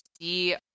see